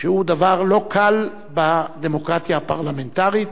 שהוא דבר לא קל בדמוקרטיה הפרלמנטרית,